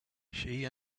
she